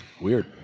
weird